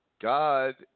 God